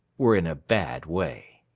were in a bad way.